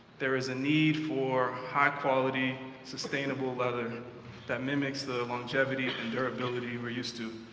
there is a need for high-quality, sustainable leather that mimics the longevity and durability we're used to.